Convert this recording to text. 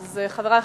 חברי,